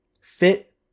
fit